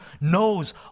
knows